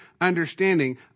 understanding